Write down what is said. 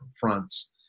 fronts